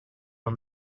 amb